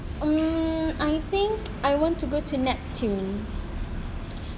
mm I think I want to go to neptune